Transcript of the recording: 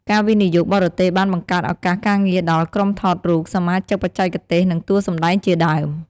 ការវិនិយោគបរទេសបានបង្កើតឱកាសការងារដល់ ក្រុមថតរូប សមាជិកបច្ចេកទេស និងតួសម្តែងជាដើម។